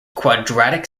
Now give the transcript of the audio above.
quadratic